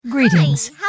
Greetings